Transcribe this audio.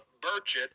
Burchett